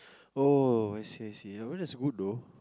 oh I see I see that was good though